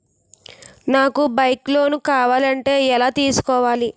నాకు bike loan కావాలంటే ఎలా తీసుకోవాలి?